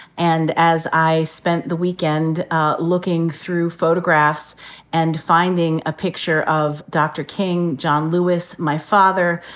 and as i spent the weekend ah looking through photographs and finding a picture of dr. king, john lewis, my father,